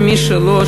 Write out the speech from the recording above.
ומי שלא,